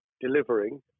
delivering